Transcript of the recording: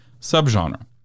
subgenre